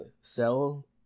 sell